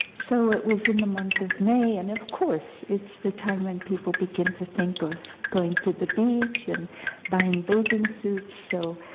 so it was in the month of may, and, of course, it's the time when and people begin to think of going to the beach, and buying bathing suits, so,